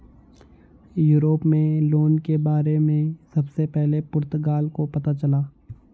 Europe में loan के बारे में सबसे पहले पुर्तगाल को पता चला